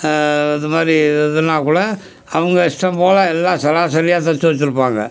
அது மாதிரி இது இதுனால் கூட அவங்க இஷ்டம் போல் எல்லாம் சராசரியாக தைச்சு வைச்சுருப்பாங்க